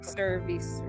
service